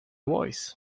voice